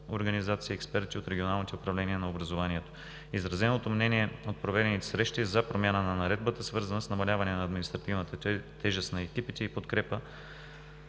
организации, експерти от регионалните управления на образованието. Изразеното мнение от проведените срещи за промяна на Наредбата е свързано с намаляване на административната тежест на екипите и подкрепа